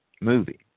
movie